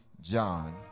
John